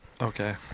Okay